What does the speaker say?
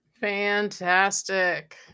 Fantastic